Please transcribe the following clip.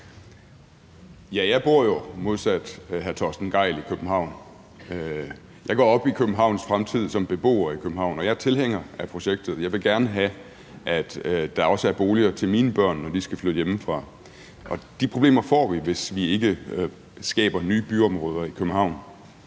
Jeg bor jo modsat hr. Torsten Gejl i København. Jeg går som beboer i København op i Københavns fremtid, og jeg er tilhænger af projektet. Jeg vil gerne have, at der også er boliger til mine børn, når de skal flytte hjemmefra. Og de problemer får vi, hvis vi ikke skaber nye byområder i København.